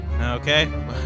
Okay